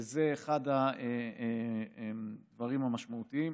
וזה אחד הדברים המשמעותיים.